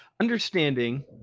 Understanding